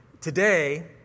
today